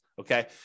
Okay